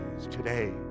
today